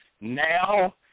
now